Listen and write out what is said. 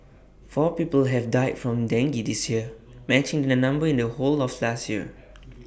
four people have died from dengue this year matching the number in the whole of last year